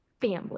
family